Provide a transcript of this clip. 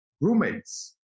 roommates